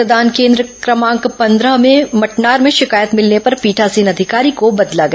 मतदान केन्द्र क्रमांक पंद्रह मटनार में शिकायत मिलने पर पीठासीन अधिकारी को बदला गया